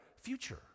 future